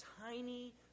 tiny